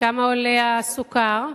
כמה עולה הסוכר,